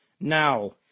now